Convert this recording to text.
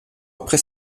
après